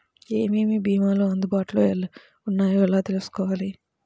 ఏమేమి భీమాలు అందుబాటులో వున్నాయో ఎలా తెలుసుకోవాలి?